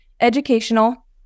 educational